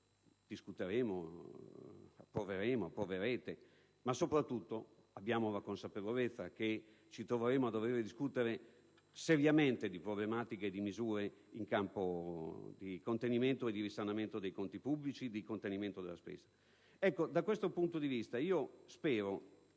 discuteremo, e approverete il provvedimento in esame, ma abbiamo la consapevolezza che ci troveremo a dover ridiscutere seriamente di problematiche e di misure in campo di contenimento e risanamento dei conti pubblici e contenimento della spesa. Da questo punto di vista, voglio